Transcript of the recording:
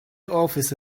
office